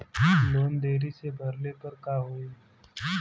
Loan देरी से भरले पर का होई?